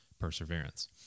perseverance